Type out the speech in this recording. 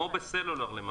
כמו בסלולר.